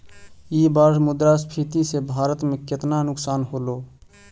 ई बार मुद्रास्फीति से भारत में केतना नुकसान होलो